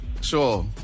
sure